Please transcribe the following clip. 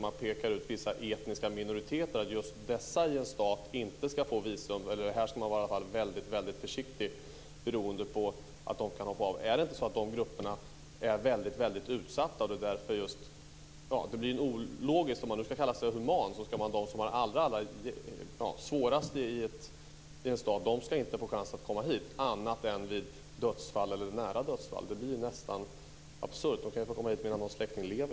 Man pekar ut vissa etniska minoriteter och säger att man ska vara väldigt försiktig med att ge personer ur dessa grupper visum, beroende på att de kan hoppa av. Är det inte så att de grupperna är väldigt utsatta? Det blir ologiskt. Man ska kalla sig human, men de som har det allra svårast i en stat ska inte få chansen att komma hit annat än vid någon nära anhörigs dödsfall. Det blir nästan absurt. De kan kanske få komma hit medan någon släkting lever.